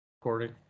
recording